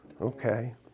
Okay